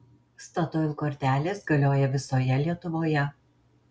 statoil kortelės galioja visoje lietuvoje